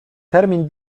termin